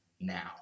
now